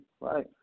right